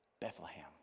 Bethlehem